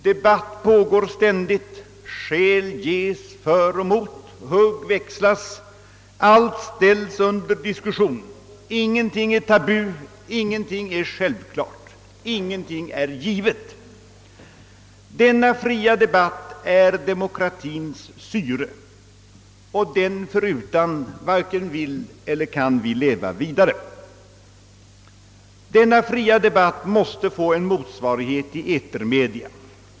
Debatt pågår ständigt, skäl ges för och emot, hugg växlas, allt ställs under diskussion, ingenting är tabu, ingenting är självklart, ingenting givet. Denna fria debatt är demokratiens syre, och förutan den varken vill eller kan vi leva vidare. Men denna fria debatt måste också få en motsvarighet i etermedia.